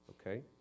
okay